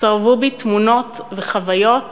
צרבו בי תמונות וחוויות